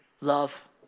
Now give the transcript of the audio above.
Love